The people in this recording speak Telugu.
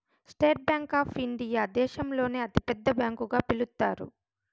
స్టేట్ బ్యాంక్ ఆప్ ఇండియా దేశంలోనే అతి పెద్ద బ్యాంకు గా పిలుత్తారు